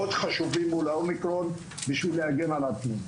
חשובים מול האומיקרון בשביל להגן על עצמנו.